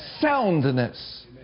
Soundness